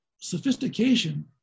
sophistication